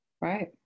Right